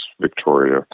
Victoria